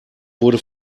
wurde